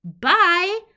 Bye